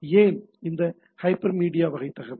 ஏன் இந்த ஹைப்பர்மீடியா வகை தகவல்